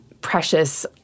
precious